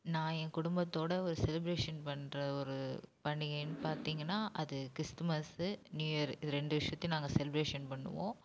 நான் ஏன் குடும்பத்தோட ஒரு செலிப்ரேஷன் பண்ணுற ஒரு பண்டிகைன்னு பார்த்தீங்கன்னா அது கிறிஸ்துமஸ்ஸு நியூ இயரு இது ரெண்டு விஷியத்தையும் நாங்கள் செலிப்ரேஷன் பண்ணுவோம்